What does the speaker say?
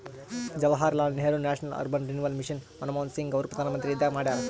Jawaharlal Nehru national urban renewal mission Manmohan Singh ಅವರು ಪ್ರಧಾನ್ಮಂತ್ರಿ ಇದ್ದಾಗ ಮಾಡ್ಯಾರ್